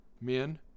Men